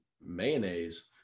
mayonnaise